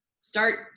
start